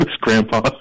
grandpa